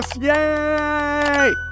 Yay